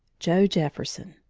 joe jefferson